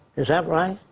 is that right?